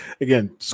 again